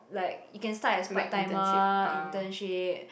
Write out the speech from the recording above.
like you can start as part timer internship